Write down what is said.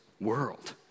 world